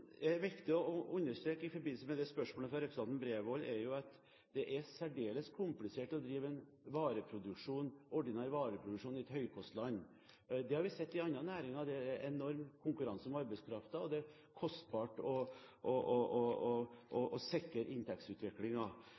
viktig å understreke i forbindelse med spørsmålet fra representanten Bredvold, er at det er særdeles komplisert å drive en ordinær vareproduksjon i et høykostland. Det har vi sett i andre næringer. Det er enorm konkurranse om arbeidskraften, og det er kostbart å sikre inntektsutviklingen. På 1970-tallet, da vi hadde opptrappingsvedtaket, var inntekten i Sverige 30 pst. høyere enn i Norge, og